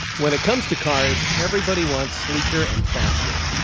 when it comes to cars, everybody wants sleeker and faster.